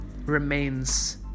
remains